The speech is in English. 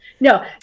No